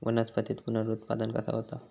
वनस्पतीत पुनरुत्पादन कसा होता?